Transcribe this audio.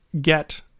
get